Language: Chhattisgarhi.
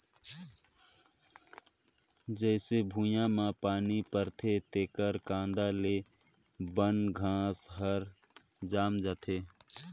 जईसे भुइयां में पानी परथे तेकर कांदा ले बन घास हर जायम जाथे